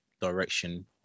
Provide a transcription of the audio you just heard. direction